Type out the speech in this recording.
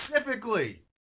specifically